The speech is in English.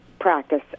practice